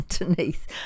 underneath